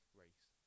race